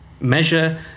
measure